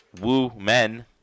Woo-men